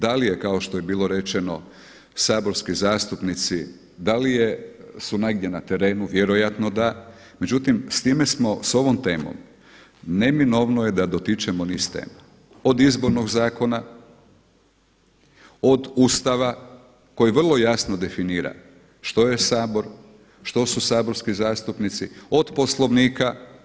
Da li je kao što je bilo rečeno saborski zastupnici, da li su negdje na terenu, vjerojatno da, međutim s time smo, s ovom temom neminovno je da dotičemo niz tema, od Izbornog zakona, od Ustava koji vrlo jasno definira što je Sabor, što su saborski zastupnici, od Poslovnika.